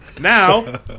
Now